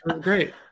great